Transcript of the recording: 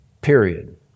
Period